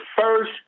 first